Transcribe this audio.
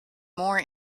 more